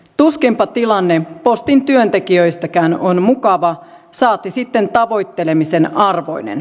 tuskinpa tilanne postin työntekijöistäkään on mukava saati sitten tavoittelemisen arvoinen